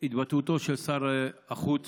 מהתבטאותו של שר החוץ